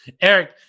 Eric